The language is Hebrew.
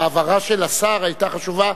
ההבהרה של השר היתה חשובה,